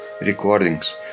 recordings